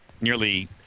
nearly